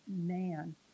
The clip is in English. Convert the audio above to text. man